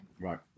Right